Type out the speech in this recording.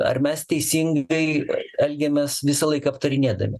ar mes teisingai elgiamės visąlaik aptarinėdami